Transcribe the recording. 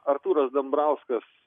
artūras dambrauskas